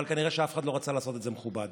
אבל כנראה אף אחד לא רצה לעשות את זה מכובד.